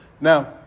Now